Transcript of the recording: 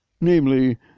namely